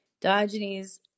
Diogenes